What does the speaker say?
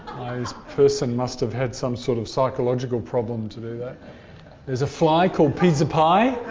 the person must have had some sort of psychological problem to do that. there's a fly called pieza pi.